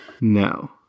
no